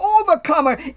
overcomer